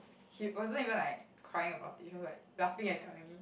she wasn't even like crying about it she was like laughing and telling me